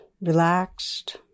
relaxed